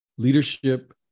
leadership